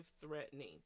threatening